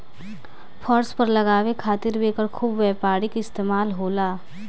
फर्श पर लगावे खातिर भी एकर खूब व्यापारिक इस्तेमाल होला